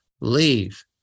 leave